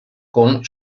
con